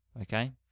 okay